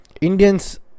Indians